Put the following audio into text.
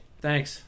Thanks